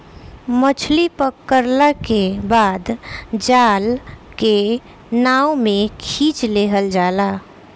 मछली पकड़ला के बाद जाल के नाव में खिंच लिहल जाला